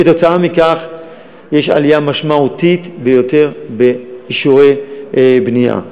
כתוצאה מכך יש עלייה משמעותית ביותר במספר אישורי הבנייה.